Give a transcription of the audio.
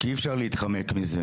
כי אי אפשר להתחמק מזה.